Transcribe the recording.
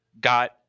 got